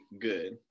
good